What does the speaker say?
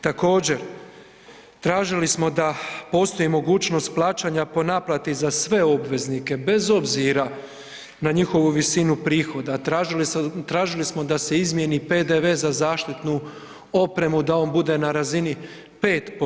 Također, tražili smo da postoji mogućnost plaćanja po naplati za sve obveznike bez obzira na njihovu visinu prihoda, tražili smo da se izmjeni PDV za zaštitnu opremu da on bude na razini 5%